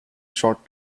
short